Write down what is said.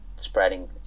spreading